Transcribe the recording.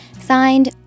Signed